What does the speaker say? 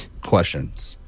questions